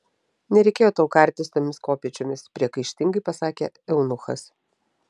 nereikėjo tau kartis tomis kopėčiomis priekaištingai pasakė eunuchas